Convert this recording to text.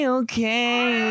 okay